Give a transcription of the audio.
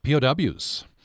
POWs